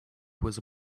was